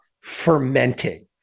fermenting